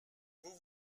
vous